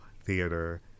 theater